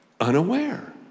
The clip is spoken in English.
unaware